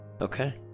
Okay